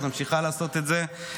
ואת ממשיכה לעשות את זה.